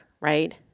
right